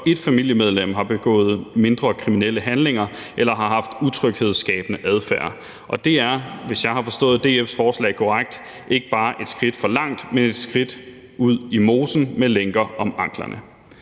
blot ét familiemedlem har begået mindre kriminelle handlinger eller har haft utryghedsskabende adfærd. Og det er, hvis jeg har forstået DF's lovforslag korrekt, ikke bare et skridt for langt, men et skridt ud i mosen med lænker om anklerne.